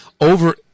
over